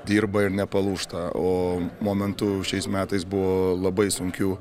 dirba ir nepalūžta o momentų šiais metais buvo labai sunkių